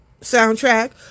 soundtrack